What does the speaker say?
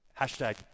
Hashtag